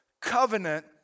covenant